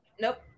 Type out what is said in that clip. Nope